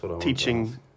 teaching